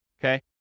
okay